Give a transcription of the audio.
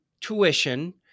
tuition